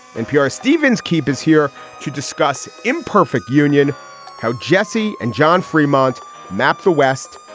npr's steve inskeep is here to discuss imperfect union how jesse and john fremont mapped the west,